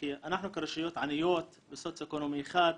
אנחנו כרשויות עניות בסוציו-אקונומי 1,